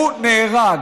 הוא נהרג